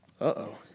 Uh-oh